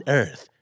earth. (